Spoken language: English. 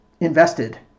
invested